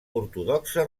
ortodoxa